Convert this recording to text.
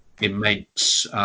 immense